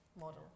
model